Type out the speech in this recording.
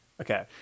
okay